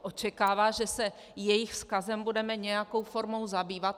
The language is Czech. Očekávají, že se jejich vzkazem budeme nějakou formou zabývat.